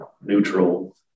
neutral